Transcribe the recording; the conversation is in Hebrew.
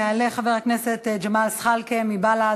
יעלה חבר הכנסת ג'מאל זחאלקה מבל"ד.